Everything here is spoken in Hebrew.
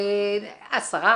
10%,